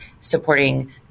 supporting